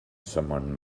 someone